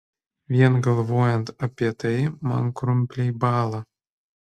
vien galvojant apie tai man krumpliai bąla